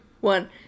one